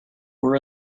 were